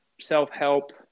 self-help